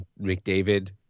McDavid